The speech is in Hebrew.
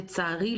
לצערי,